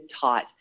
taught